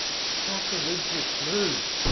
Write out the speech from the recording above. sacrilegious move.